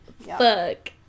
fuck